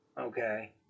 okay